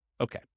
Okay